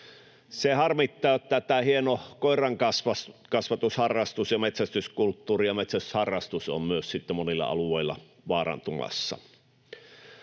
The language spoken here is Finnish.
harmittaa, että hieno koirankasvatusharrastus ja metsästyskulttuuri ja metsästysharrastus ovat monilla alueilla vaarantumassa.